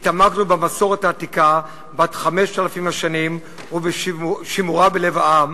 התעמקנו במסורת העתיקה בת 5,000 השנים ובשימורה בלב העם,